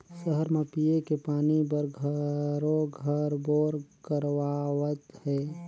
सहर म पिये के पानी बर घरों घर बोर करवावत हें